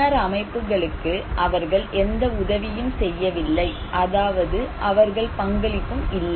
புணர் அமைப்புகளுக்கு அவர்கள் எந்த உதவியும் செய்யவில்லை அதாவது அவர்கள் பங்களிப்பும் இல்லை